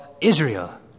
Israel